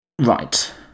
Right